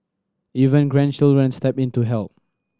even grandchildren step in to help